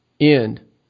end